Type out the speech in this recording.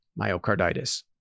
myocarditis